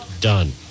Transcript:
done